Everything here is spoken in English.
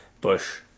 Bush